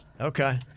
Okay